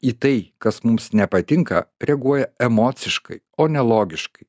į tai kas mums nepatinka reaguoja emociškai o ne logiškai